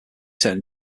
turning